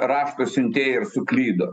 rašto siuntėja ir suklydo